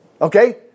Okay